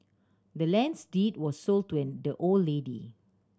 the land's deed was sold to the old lady